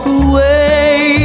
away